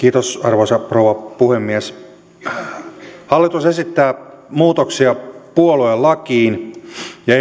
arvoisa rouva puhemies hallitus esittää muutoksia puoluelakiin ja